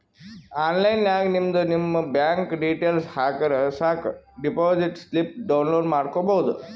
online ನಾಗ್ ನಿಮ್ದು ನಿಮ್ ಬ್ಯಾಂಕ್ ಡೀಟೇಲ್ಸ್ ಹಾಕುರ್ ಸಾಕ್ ಡೆಪೋಸಿಟ್ ಸ್ಲಿಪ್ ಡೌನ್ಲೋಡ್ ಮಾಡ್ಕೋಬೋದು